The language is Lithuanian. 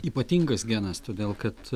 ypatingas genas todėl kad